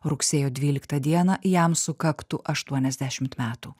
rugsėjo dvyliktą dieną jam sukaktų aštuoniasdešim metų